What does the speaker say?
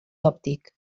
òptic